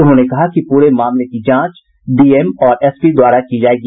उन्होंने कहा कि पूरे मामले की जांच डीएम और एसपी द्वारा की जायेगी